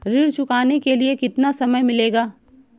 ऋण चुकाने के लिए कितना समय मिलेगा?